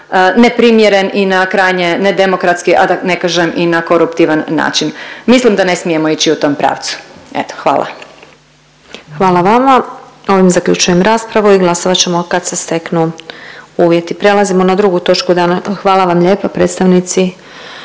neprimjeren i na krajnje nedemokratski, a da ne kažem i na koruptivan način. Mislim da ne smijemo ići u tom pravcu. Eto hvala. **Glasovac, Sabina (SDP)** Hvala vama. Ovime zaključujem raspravu i glasovat ćemo kad se steknu uvjeti. Hvala vam lijepa predstavnici